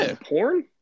porn